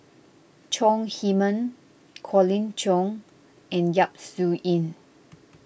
Chong Heman Colin Cheong and Yap Su Yin